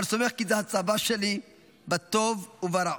אבל סומך, כי זה הצבא שלי בטוב וברע.